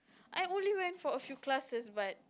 I only went for a few classes but